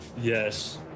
Yes